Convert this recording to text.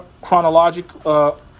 chronological